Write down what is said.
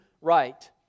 right